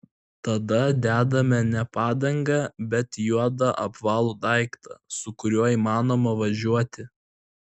tada dedame ne padangą bet juodą apvalų daiktą su kuriuo įmanoma važiuoti